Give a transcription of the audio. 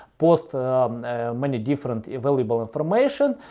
post many different valuable information.